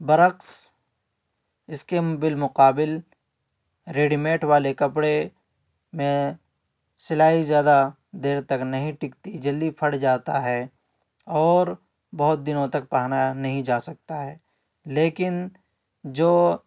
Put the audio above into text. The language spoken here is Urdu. برعکس اس کے بالمقابل ریڈی میڈ والے کپڑے میں سلائی زیادہ دیر تک نہیں ٹکتی جلدی پھٹ جاتا ہے اور بہت دنوں تک پہنا نہیں جا سکتا ہے لیکن جو